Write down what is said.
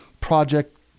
project